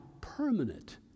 permanent